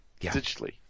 digitally